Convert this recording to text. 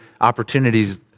opportunities